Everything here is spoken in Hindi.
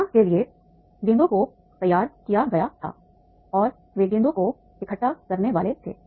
यहाँ के लिए गेंदों को तैयार किया गया था और वे गेंदों को इकट्ठा करने वाले थे